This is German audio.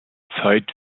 zeit